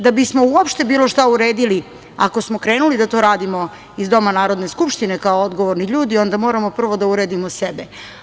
Da bismo uopšte bilo šta uredili, ako smo krenuli da to radimo iz doma Narodne skupštine, kao odgovorni ljudi, onda moramo prvo da uredimo sebe.